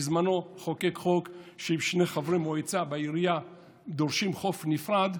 בזמנו חוקק חוק שאם שני חברי מועצה בעירייה דורשים חוף נפרד,